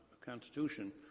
constitution